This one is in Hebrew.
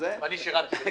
ואני שירתי בחיל הים.